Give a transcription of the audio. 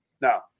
Now